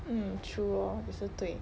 mm true lor 也是对